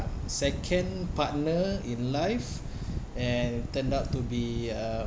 second partner in life and turned out to be a